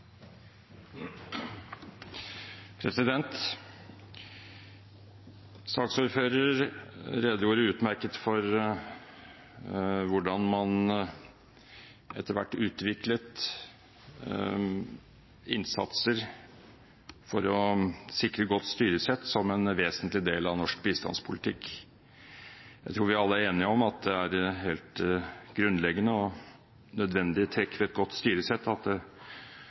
redegjorde utmerket for hvordan man etter hvert utviklet innsatser for å sikre godt styresett som en vesentlig del av norsk bistandspolitikk. Jeg tror vi alle er enige om at det er helt grunnleggende og nødvendige trekk ved et godt styresett at